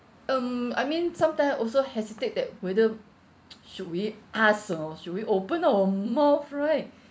um I mean sometime I also hesitate that whether should we ask or should we open our mouth right